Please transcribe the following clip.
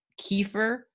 Kiefer